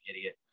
idiot